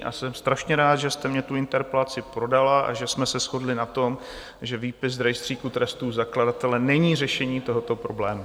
A jsem strašně rád, že jste mně tu interpelaci podala a že jsme se shodli na tom, že výpis z rejstříku trestů zakladatele není řešení tohoto problému.